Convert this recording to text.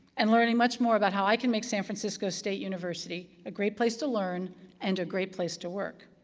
and learning much more about how i can make san francisco state university a great place to learn and a great place to work.